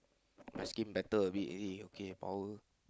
my skin better a bit already okay power